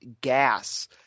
gas